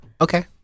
Okay